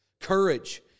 Courage